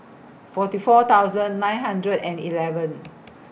forty four thousand nine hundred and eleven